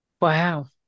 Wow